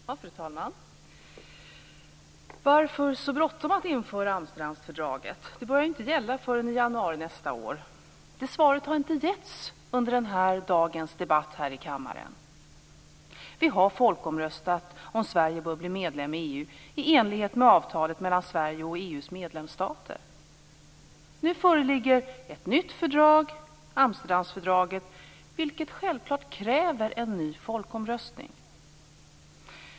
Fru talman! Varför är det så bråttom att införa Amsterdamfördraget? Det börjar ju inte gälla förrän i januari nästa år. Något svar har inte getts under dagens debatt här i kammaren. Vi har folkomröstat i frågan om Sverige bör bli medlem i EU i enlighet med avtalet mellan Sverige och EU:s medlemsstater. Nu föreligger ett nytt fördrag, Amsterdamfördraget, vilket självfallet kräver en ny folkomröstning.